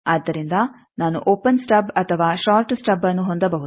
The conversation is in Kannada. ಆದ್ದರಿಂದ ನಾನು ಓಪೆನ್ ಸ್ಟಬ್ ಅಥವಾ ಷಾರ್ಟ್ ಸ್ಟಬ್ಅನ್ನು ಹೊಂದಬಹುದು